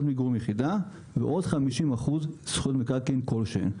מגורים יחידה ועוד 50% זכויות מקרקעין כלשהן.